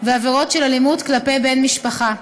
ועבירות של אלימות כלפי בן משפחה.